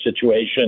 situation